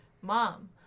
Mom